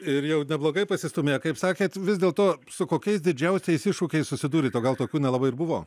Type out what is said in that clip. ir jau neblogai pasistūmėję kaip sakėt vis dėlto su kokiais didžiausiais iššūkiais susidūrėte o gal tokių nelabai ir buvo